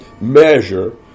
measure